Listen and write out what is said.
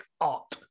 Art